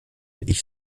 ich